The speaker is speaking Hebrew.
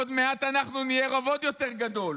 עוד מעט אנחנו נהיה רוב עוד יותר גדול,